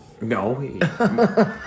No